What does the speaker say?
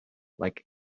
like